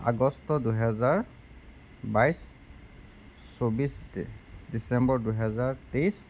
আগষ্ট দুহেজাৰ বাইছ চৌব্বিছ ডিচেম্বৰ দুহেজাৰ তেইছ